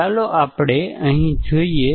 હવે ચાલો આ અભિગમો જોઈએ